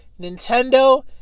Nintendo